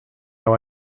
how